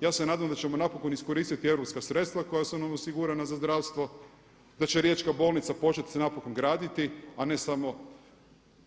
Ja se nadam da ćemo napokon iskoristiti europska sredstva koja su nam osigurana za zdravstvo, da će Riječka bolnica početi se napokon graditi, a ne samo